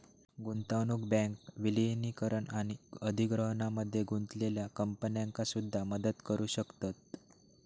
गुंतवणूक बँक विलीनीकरण आणि अधिग्रहणामध्ये गुंतलेल्या कंपन्यांका सुद्धा मदत करू शकतत